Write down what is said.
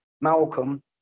Malcolm